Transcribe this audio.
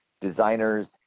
designers